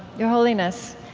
your holiness,